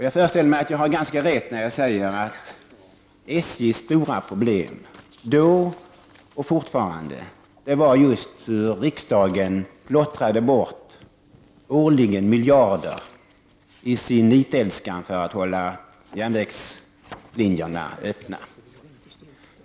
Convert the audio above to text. Jag föreställer mig att jag har ganska rätt när jag säger att SJs stora problem då — och så är det fortfarande — var just det sätt på vilket riksdagen årligen plottrade bort miljarder i sin nitälskan att hålla järnvägslinjerna öppna.